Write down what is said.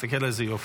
תסתכל איזה יופי.